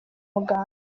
muganga